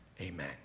Amen